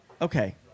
okay